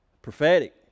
prophetic